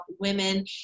women